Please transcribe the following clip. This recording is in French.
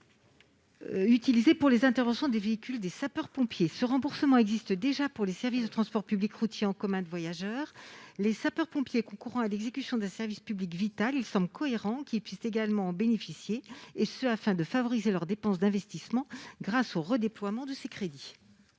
utilisée pour les interventions des véhicules des sapeurs-pompiers. Ce remboursement existe déjà pour les services de transports publics routiers en commun de voyageurs. Les sapeurs-pompiers concourant à l'exécution d'un service public vital, il semble cohérent qu'ils puissent également en bénéficier, afin de favoriser leurs dépenses d'investissement grâce au redéploiement de ces crédits.